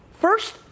first